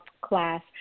class